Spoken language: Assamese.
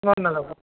মন নাজাৱ